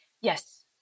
Yes